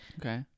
okay